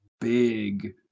big